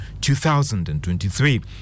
2023